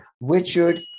Richard